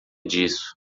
disso